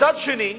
ומצד שני,